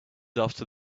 after